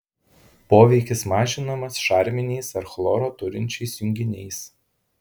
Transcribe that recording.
poveikis mažinamas šarminiais ar chloro turinčiais junginiais